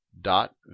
dot